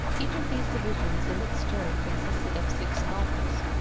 each of these divisions in its turn consisted of six novels,